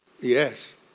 yes